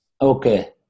Okay